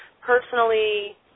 personally